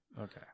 Okay